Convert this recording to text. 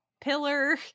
pillar